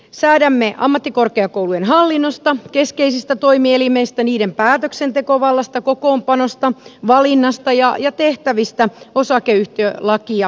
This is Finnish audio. säädämme ammattikorkeakoulujen hallinnosta keskeisistä toimielimistä niiden päätöksentekovallasta kokoonpanosta valinnasta ja tehtävistä osakeyhtiölakia täydentäen